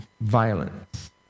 violence